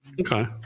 Okay